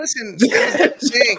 Listen